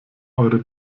eure